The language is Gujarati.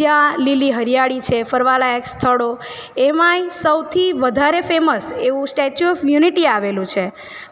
ત્યાં લીલી હરિયાળી છે ફરવાં લાયક સ્થળો એમાંય સૌથી વધારે ફેમસ એવું સ્ટેચ્યૂ ઓફ યુનિટી આવેલું છે